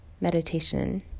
Meditation